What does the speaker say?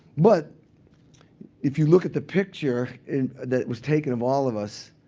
but if you look at the picture and that was taken of all of us,